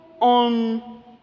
on